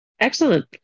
Excellent